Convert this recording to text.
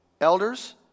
Elders